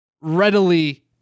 readily